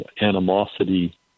animosity